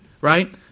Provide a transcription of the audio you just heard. right